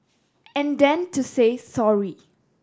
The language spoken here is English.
and then to say sorry